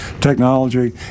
Technology